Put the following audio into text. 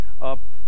up